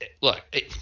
look